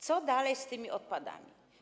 Co dalej z tymi odpadami?